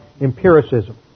empiricism